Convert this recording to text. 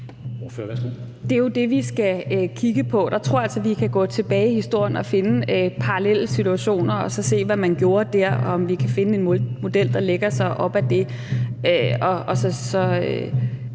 Det er jo det, vi skal kigge på, og der tror jeg altså, at vi kan gå tilbage i historien og finde parallelle situationer og se på, hvad man gjorde der, og om vi kan finde en model, der lægger sig op ad det.